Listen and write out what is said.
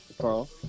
Carl